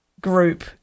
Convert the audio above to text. group